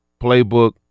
playbook